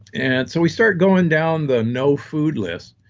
and so we started going down the no food list,